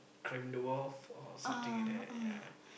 Cram-The-Walls or something like that ya